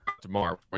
tomorrow